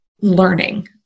learning